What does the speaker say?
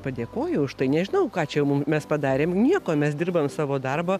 padėkojo už tai nežinau ką čia mum mes padarėm nieko mes dirbam savo darbą